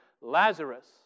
Lazarus